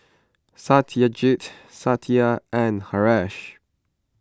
Satyajit Satya and Haresh